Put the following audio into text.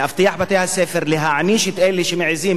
לאבטח את בתי-הספר ולהעניש את אלה שמעזים